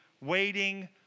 waiting